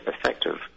effective